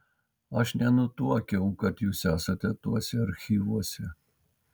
aš nenutuokiau kad jūs esate tuose archyvuose